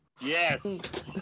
Yes